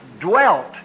dwelt